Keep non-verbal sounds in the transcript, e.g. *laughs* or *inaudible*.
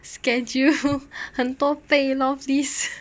schedule *laughs* 很多倍 loh please